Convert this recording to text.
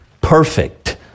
perfect